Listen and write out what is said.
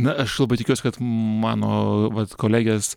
na aš labai tikiuosi kad mano vat kolegės